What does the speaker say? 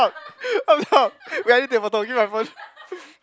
up I'm not wait I need to take photo give my phone